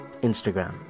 Instagram